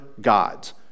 gods